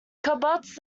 kibbutz